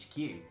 hq